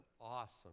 awesome